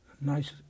Nice